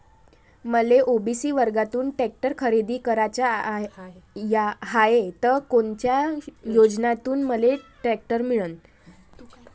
मले ओ.बी.सी वर्गातून टॅक्टर खरेदी कराचा हाये त कोनच्या योजनेतून मले टॅक्टर मिळन?